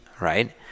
right